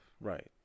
Right